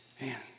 man